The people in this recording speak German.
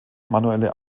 manuelle